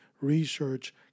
research